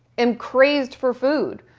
am crazed for food.